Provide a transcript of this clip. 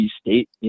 State